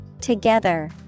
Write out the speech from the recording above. together